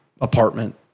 apartment